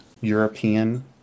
European